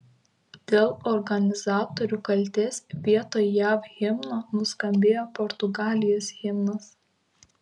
dėl organizatorių kaltės vietoj jav himno nuskambėjo portugalijos himnas